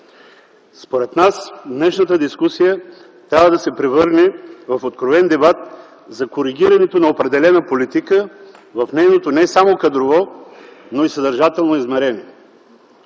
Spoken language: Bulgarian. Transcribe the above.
Според нас, днешната дискусия трябва да се превърне в откровен дебат за коригирането на определена политика в нейното не само кадрово, но и съдържателно измерение.